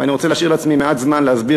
ואני רוצה להשאיר לעצמי מעט זמן להסביר